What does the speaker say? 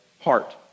heart